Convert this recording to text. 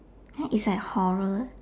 that is like horror